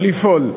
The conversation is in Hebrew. או לפעול,